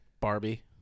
Barbie